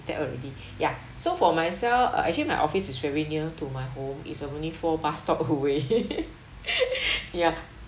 that already ya so for myself uh actually my office is very near to my home is uh only four bus stop away ya